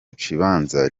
kibanza